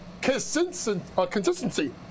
consistency